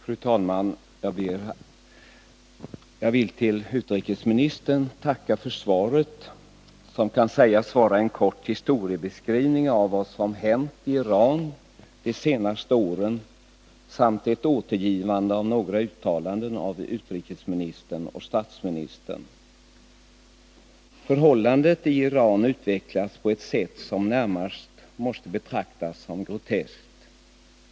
Fru talman! Jag vill tacka utrikesministern för svaret, som kan sägas vara en kort historiebeskrivning av vad som hänt i Iran under de senaste åren samt ett återgivande av några uttalanden av utrikesministern och statsministern. Förhållandena i Iran utvecklas på ett sätt som närmast måste betraktas som groteskt.